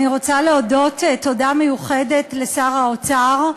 אני רוצה להודות תודה מיוחדת לשר האוצר,